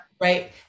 right